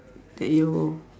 that you